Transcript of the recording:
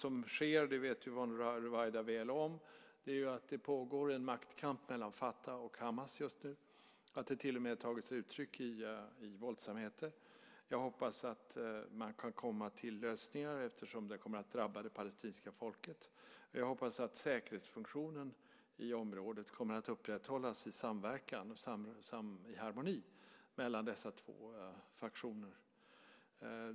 Yvonne Ruwaida vet att det som sker är att det just nu pågår en maktkamp mellan Fatah och Hamas. Det har till och med tagit sig uttryck i våldsamheter. Jag hoppas att man kan komma till lösningar eftersom det kommer att drabba det palestinska folket. Jag hoppas att säkerhetsfunktionen i området upprätthålls i samverkan och harmoni mellan dessa två fraktioner.